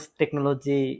technology